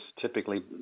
typically